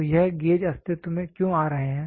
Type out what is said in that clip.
तो यह गेज अस्तित्व में क्यों आ रहा है